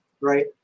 right